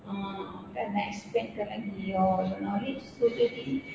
uh kan nak expand kan lagi your knowledge so jadi